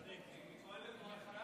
אני אחריו?